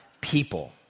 people